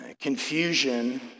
confusion